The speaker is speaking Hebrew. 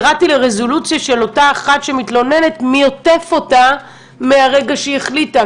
ירדתי לרזולוציה של אותה אחת שמתלוננת מי עוטף אותה מהרגע שהיא החליטה,